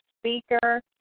speaker